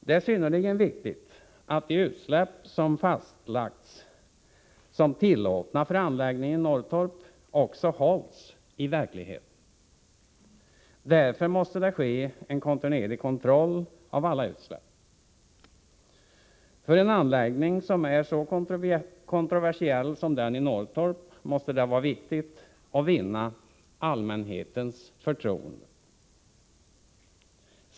Det är synnerligen viktigt att de utsläpp som fastlagts som tillåtna för anläggningen i Norrtorp också hålls i verkligheten. Därför måste det ske en kontinuerlig kontroll av alla utsläpp. För en anläggning som är så kontroversiell som den i Norrtorp måste det vara viktigt att vinna allmänhetens förtroende.